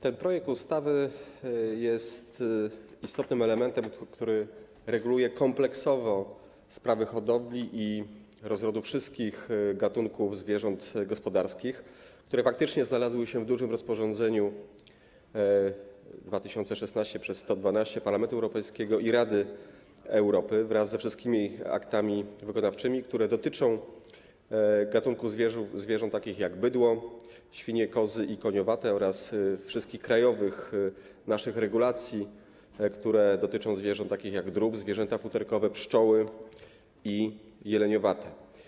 Ten projekt ustawy jest istotnym elementem, który reguluje kompleksowo sprawy hodowli i rozrodu wszystkich gatunków zwierząt gospodarskich, które faktycznie znalazły się w dużym rozporządzeniu 2016/1012 Parlamentu Europejskiego i Rady Europy wraz ze wszystkimi aktami wykonawczymi, które dotyczą gatunków zwierząt takich jak bydło, świnie, kozy i koniowate oraz wszystkich naszych krajowych regulacji, które dotyczą zwierząt takich jak drób, zwierzęta futerkowe, pszczoły i jeleniowate.